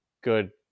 good